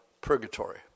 purgatory